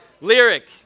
Lyric